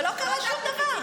ולא קרה שום דבר.